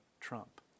Trump